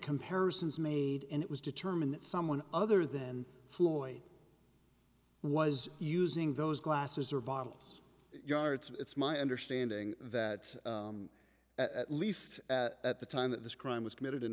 comparisons made and it was determined that someone other than floyd was using those glasses or vials yar it's my understanding that at least at the time that this crime was committed in